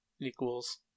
Equals